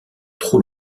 trop